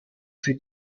sie